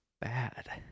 Bad